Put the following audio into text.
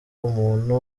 umuntu